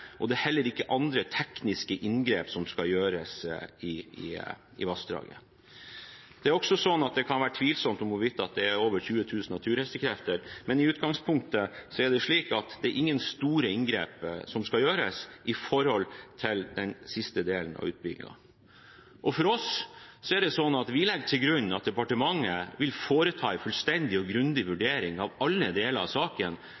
og det er heller ikke andre tekniske inngrep som skal gjøres i vassdraget. Det er også slik at det kan være tvilsomt hvorvidt det er over 20 000 naturhestekrefter, men i utgangspunktet er det ingen store inngrep som skal gjøres, med tanke på den siste delen av utbyggingen. For oss er det slik at vi legger til grunn at departementet vil foreta en fullstendig og grundig vurdering av alle deler av saken,